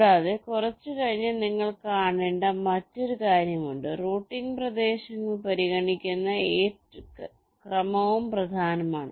കൂടാതെ കുറച്ച് കഴിഞ്ഞ് നിങ്ങൾ കാണേണ്ട മറ്റൊരു കാര്യമുണ്ട് റൂട്ടിംഗ് പ്രദേശങ്ങൾ പരിഗണിക്കുന്ന ക്രമവും പ്രധാനമാണ്